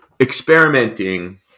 experimenting